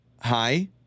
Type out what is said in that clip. Hi